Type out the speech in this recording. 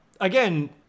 Again